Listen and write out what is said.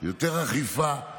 יותר אכיפה,